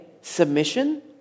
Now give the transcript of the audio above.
submission